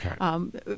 Okay